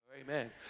Amen